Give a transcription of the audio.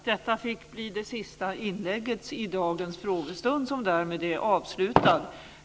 Detta fick bli det sista inlägget i dagens frågestund som därmed är avslutad.